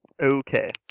Okay